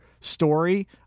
story